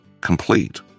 complete